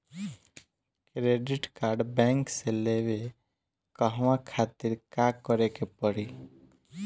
Credit card bank से लेवे कहवा खातिर का करे के पड़ी?